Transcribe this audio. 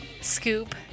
scoop